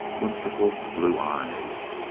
whimsical blue eyes.